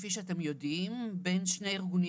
כפי שאתם יודעים, בין שני ארגונים